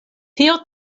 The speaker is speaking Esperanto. tio